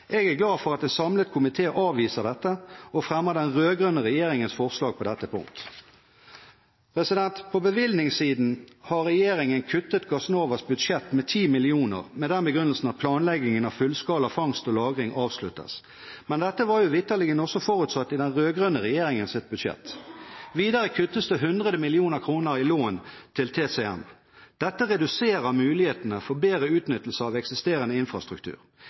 Jeg er glad for at en samlet komité avviser dette og fremmer den rød-grønne regjeringens forslag på dette punkt. På bevilgningssiden har regjeringen kuttet Gassnovas budsjett med 10 mill. kr med den begrunnelse at planleggingen av fullskala fangst og lagring avsluttes. Men dette var jo vitterlig også forutsatt i den rød-grønne regjeringens budsjett. Videre kuttes det 100 mill. kr i lån til TCM. Dette reduserer mulighetene for bedre utnyttelse av eksisterende infrastruktur.